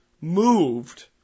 moved